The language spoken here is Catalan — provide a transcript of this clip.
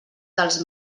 dels